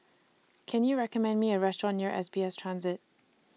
Can YOU recommend Me A Restaurant near S B S Transit